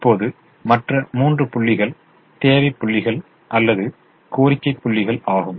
இப்போது மற்ற மூன்று புள்ளிகள் தேவை புள்ளிகள் அல்லது கோரிக்கை புள்ளிகள் ஆகும்